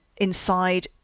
inside